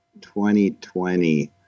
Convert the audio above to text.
2020